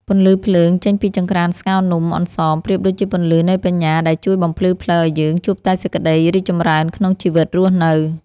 ពន្លឺភ្លើងចេញពីចង្ក្រានស្ងោរនំអន្សមប្រៀបដូចជាពន្លឺនៃបញ្ញាដែលជួយបំភ្លឺផ្លូវឱ្យយើងជួបតែសេចក្ដីរីកចម្រើនក្នុងជីវិតរស់នៅ។